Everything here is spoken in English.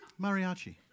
Mariachi